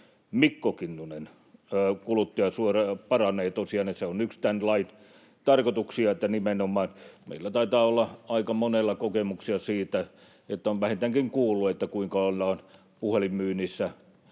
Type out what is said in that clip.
Mikko Kinnunen: kuluttajansuoja paranee tosiaan — se on yksi tämän lain tarkoituksia nimenomaan. Meillä taitaa olla aika monella kokemuksia siitä, että on vähintäänkin kuullut, kuinka on puhelinmyynnissä